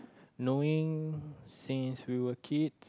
knowing since we were kids